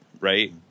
right